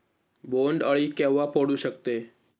बोंड अळी केव्हा पडू शकते?